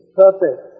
perfect